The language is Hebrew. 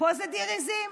פה זה דיר עיזים.